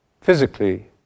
physically